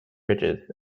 bridges